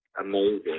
amazing